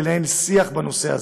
לנהל שיח בנושא הזה.